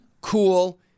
cool